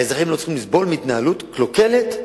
האזרחים לא צריכים לסבול מהתנהלות קלוקלת,